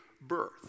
birth